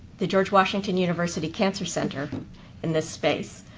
the george washington university cancer center in this space?